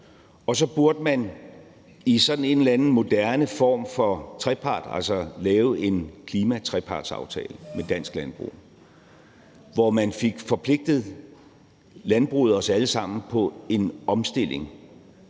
og så burde man i sådan en eller anden moderne form for trepart lave en klimatrepartsaftale med dansk landbrug, hvor man fik forpligtet landbruget og os alle sammen på en omstilling,